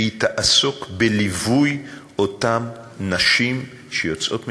שהיא תעסוק בליווי אותן נשים שיוצאות ממקלטים,